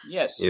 Yes